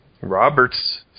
Robert's